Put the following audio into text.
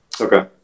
Okay